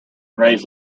raise